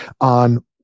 on